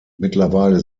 mittlerweile